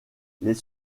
les